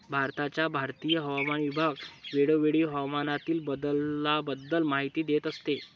भारताचा भारतीय हवामान विभाग वेळोवेळी हवामानातील बदलाबद्दल माहिती देत असतो